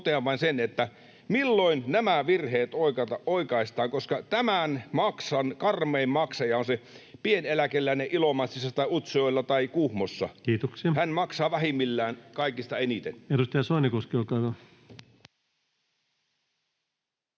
Totean vain sen, että milloin nämä virheet oikaistaan, koska tämän karmein maksaja on se pieneläkeläinen Ilomantsissa tai Utsjoella tai Kuhmossa. [Puhemies: Kiitoksia!] Hän maksaa vähimmillään kaikista eniten.